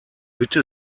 bitte